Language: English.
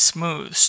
Smooth